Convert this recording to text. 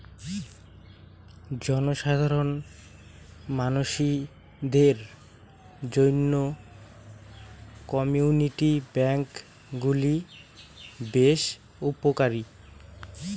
জনসাধারণ মানসিদের জইন্যে কমিউনিটি ব্যাঙ্ক গুলি বেশ উপকারী